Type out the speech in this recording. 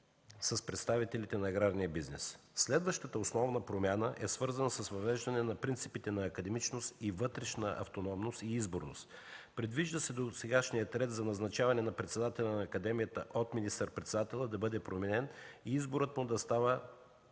с представителите на аграрния бизнес. Следващата основна промяна е свързана с въвеждане на принципите на академичност и вътрешна автономност и изборност. Предвижда се досегашния ред за назначаване на председателя на Академията от министър-председателя да бъде променен и изборът му да става